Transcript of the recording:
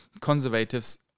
conservatives